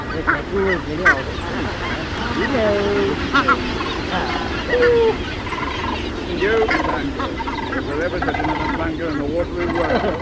they kept rule until yeah all that came there, you know was born with it ah um yo manga was there ever such another banker in the watery world